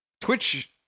Twitch